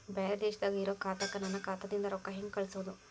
ಬ್ಯಾರೆ ದೇಶದಾಗ ಇರೋ ಖಾತಾಕ್ಕ ನನ್ನ ಖಾತಾದಿಂದ ರೊಕ್ಕ ಹೆಂಗ್ ಕಳಸೋದು?